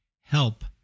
help